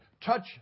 Touch